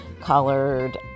colored